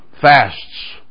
fasts